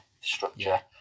structure